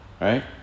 right